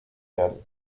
werden